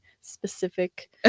specific